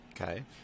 Okay